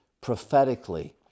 prophetically